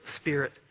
spirit